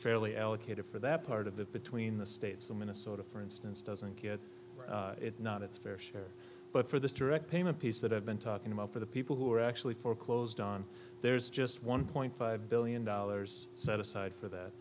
fairly allocated for that part of the between the states and minnesota for instance doesn't get it not its fair share but for the direct payment piece that i've been talking about for the people who are actually foreclosed on there's just one point five billion dollars set aside for that